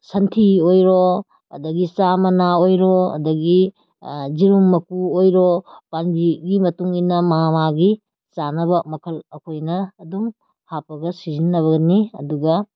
ꯁꯟꯊꯤ ꯑꯣꯏꯔꯣ ꯑꯗꯨꯗꯒꯤ ꯆꯥ ꯃꯅꯥ ꯑꯣꯏꯔꯣ ꯑꯗꯨꯗꯒꯤ ꯌꯦꯔꯨꯝ ꯃꯀꯨ ꯑꯣꯏꯔꯣ ꯄꯥꯝꯕꯤꯒꯤ ꯃꯇꯨꯡꯏꯟꯅ ꯃꯥ ꯃꯥꯒꯤ ꯆꯥꯅꯕ ꯃꯈꯜ ꯑꯩꯈꯣꯏꯅ ꯑꯗꯨꯝ ꯍꯥꯞꯄꯒ ꯁꯤꯖꯤꯟꯅꯒꯅꯤ ꯑꯗꯨꯒ